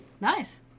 Nice